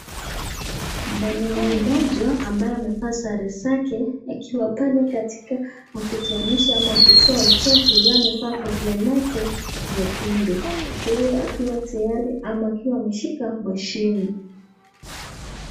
Mwanamume mmoja ambaye amevaa sare zake akiwa pale katika akutoanisha ama kutoa uchafu yeye amevaa kofia lake nyekundu. Yeye akiwa tayari ama akiwa ameshika mashine.